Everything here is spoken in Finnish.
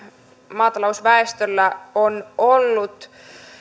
maatalousväestölle on ollut